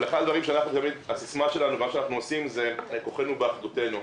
אבל הסיסמה שלנו זה שכוחנו באחדותנו.